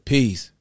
Peace